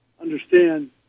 understand